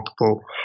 multiple